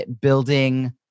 building